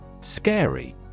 Scary